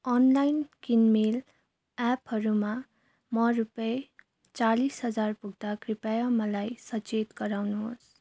online किनमेल एपहरूमा म रुपियाँ चालिस हजार पुग्दा कृपया मलाई सचेत गराउनुहोस्